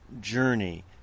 journey